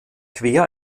quer